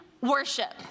worship